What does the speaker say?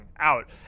out